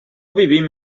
vivim